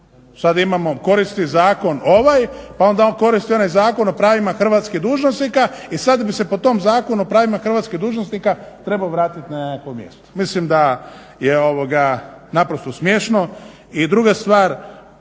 Sad imamo koristi zakon ovaj pa onda on koristi onaj Zakon o pravima hrvatskih dužnosnika i sad bi se po tom Zakonu o pravima hrvatskih dužnosnika trebao vratiti na nekakvo mjesto. Mislim da je naprosto smiješno.